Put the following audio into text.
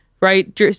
right